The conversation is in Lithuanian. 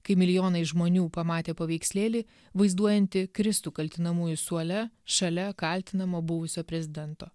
kai milijonai žmonių pamatė paveikslėlį vaizduojantį kristų kaltinamųjų suole šalia kaltinamo buvusio prezidento